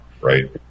right